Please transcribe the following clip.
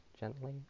gently